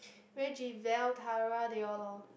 Reggivell Tara they all lor